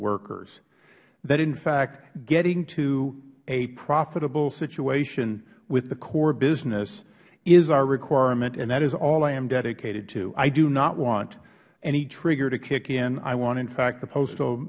workers that in fact getting to a profitable situation with the core business is our requirement and that is all i am dedicated to i do not want any trigger to kick in i want in fact the post